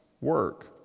work